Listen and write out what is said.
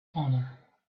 honor